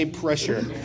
pressure